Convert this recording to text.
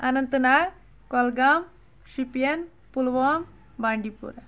Anant Nag Kulgam Shopian Pulwama بانٛڈِی Pura